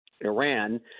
Iran